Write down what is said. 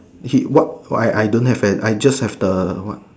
what what I I don't have fence I just have the what